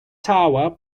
tower